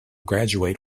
graduate